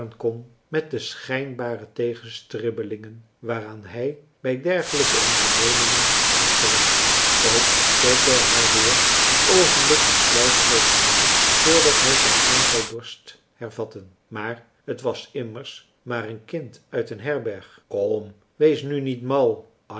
met de schijnbare tegenstribbelingen waaraan hij bij dergelijke ondernemingen was gewend ook keek hij haar weer een oogenblik besluiteloos aan voordat hij zijn aanval dorst hervatten maar t was immers maar een kind uit een herberg kom wees nu niet mal